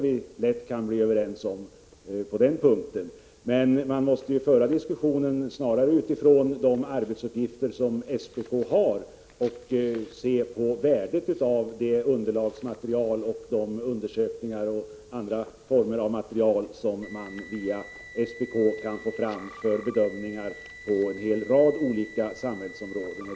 Diskussionen måste snarare föras med utgångspunkt i de arbetsuppgifter som SPK har och med hänsyn till värdet av det underlagsmaterial, de undersökningar och annat material som via SPK kan tas fram för bedömningar på en rad olika samhällsområden.